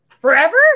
forever